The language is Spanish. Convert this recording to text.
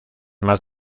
más